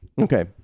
Okay